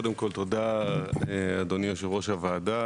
קודם כל תודה, אדוני יושב ראש הוועדה.